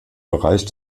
bereich